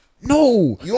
No